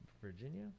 Virginia